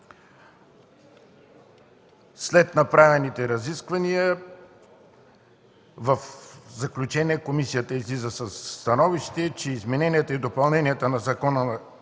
След проведените разисквания, в заключение комисията излиза със становище, че измененията и допълненията на Закона за